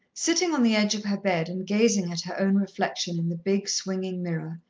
sitting on the edge of her bed and gazing at her own reflection in the big, swinging mirror,